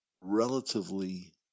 relatively